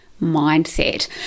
mindset